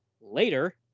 later